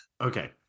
Okay